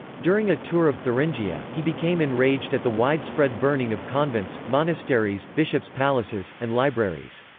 during a tour of thuringia, he became enraged at the widespread burning of convents, monasteries, bishops' palaces, and libraries.